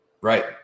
Right